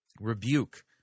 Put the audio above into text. rebuke